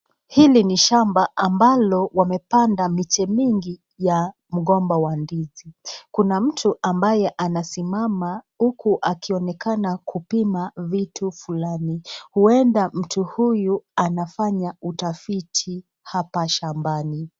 Hili ni shamba ambalo imepanda miche mingi ya migomba ya ndizi, kuna mtu ambaye anasimama huku akionekana kupima vitu fulani, uenda mtu huyu anafanya utafiti hapa shambani.